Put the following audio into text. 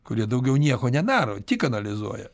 kurie daugiau nieko nedaro tik analizuoja